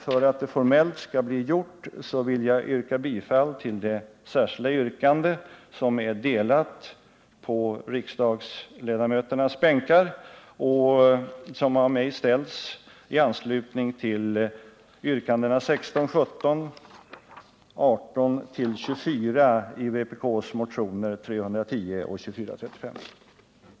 För att det formellt skall bli gjort vill jag yrka bifall till det särskilda yrkande som är utdelat på riksdagsledamöternas bänkar och som ställs av mig i anslutning till yrkandena 16 och 17 samt 18-24 i vpk-motionen 2435 samt yrkande 1 i vpk-motionen 310. Yrkandet lyder: Denna lag träder i kraft den 1 januari 1980.